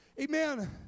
amen